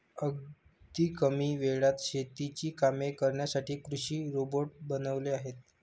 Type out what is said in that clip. अगदी कमी वेळात शेतीची कामे करण्यासाठी कृषी रोबोट बनवले आहेत